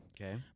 Okay